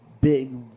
big